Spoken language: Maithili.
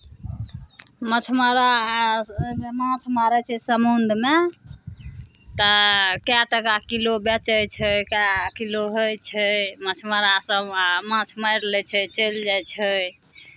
मछमारा माछ मारै छै समुद्रमे तऽ कए टाका किलो बेचै छै कए किलो होइ छै मछमारासभ आ माछ मारि लै छै चलि जाइ छै